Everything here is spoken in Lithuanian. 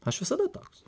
aš visada toks